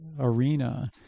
Arena